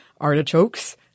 artichokes